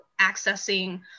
accessing